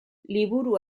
liburu